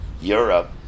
Europe